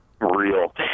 real